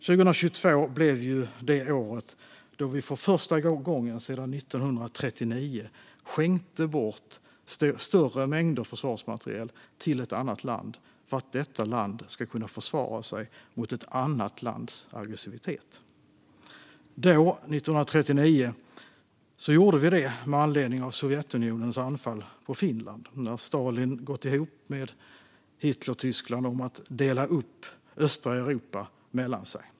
År 2022 blev det år då vi för första gången sedan år 1939 skänkte bort större mängder försvarsmateriel till ett annat land för att detta land skulle kunna försvara sig mot ett annat lands aggressivitet. År 1939 gjorde vi det med anledning av Sovjetunionens anfall på Finland. Stalin hade gått ihop med Hitlers Tyskland om att dela upp östra Europa mellan sig.